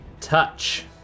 Touch